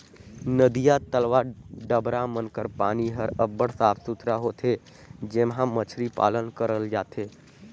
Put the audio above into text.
नदिया, तलवा, डबरा मन कर पानी हर अब्बड़ साफ सुथरा होथे जेम्हां मछरी पालन करल जाथे